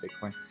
Bitcoin